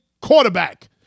quarterback